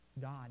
God